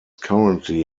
currently